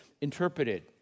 interpreted